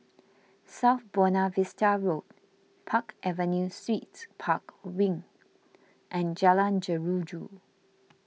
South Buona Vista Road Park Avenue Suites Park Wing and Jalan Jeruju